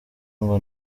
ngo